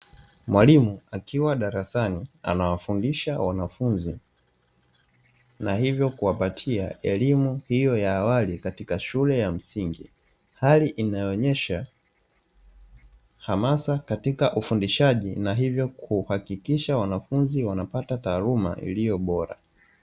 Mwalimu akiwa darasani anawafundisha wanafunzi na hivyo kuwapatia elimu hiyo ya awali katika shule ya msingi. Hali inayoonyesha hamasa katika ufundishaji, na hivyo kuhakikisha wanafunzi wanapata taaluma iliyo bora.